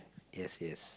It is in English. yes yes